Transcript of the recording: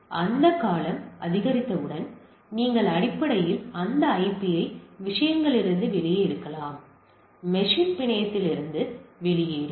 அந்த காலம் அதிகரித்தவுடன் நீங்கள் அடிப்படையில் அந்த ஐபியை விஷயங்களிலிருந்து வெளியே எடுக்கலாம் மெஷின் பிணையத்திலிருந்து வெளியேறும்